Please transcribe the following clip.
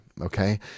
okay